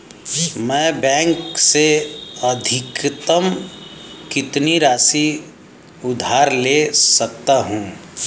मैं बैंक से अधिकतम कितनी राशि उधार ले सकता हूँ?